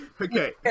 Okay